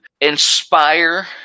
inspire